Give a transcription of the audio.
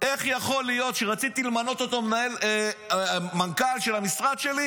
איך יכול להיות שרציתי למנות אותו למנכ"ל של המשרד שלי.